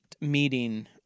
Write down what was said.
meeting